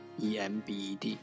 embed